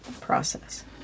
process